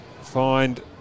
find